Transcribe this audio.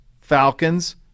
Falcons